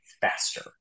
faster